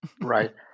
right